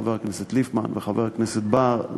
חבר הכנסת ליפמן וחבר הכנסת בר,